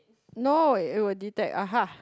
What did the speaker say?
no it will detect !aha!